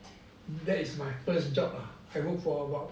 that is my first job lah I work for about